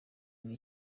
muri